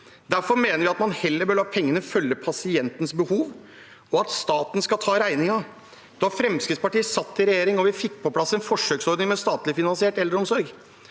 Derfor mener vi at man heller bør la pengene følge pasientens behov, og at staten skal ta regningen. Da Fremskrittspartiet satt i regjering og vi fikk på plass en forsøksordning med statlig finansiert eldreomsorg,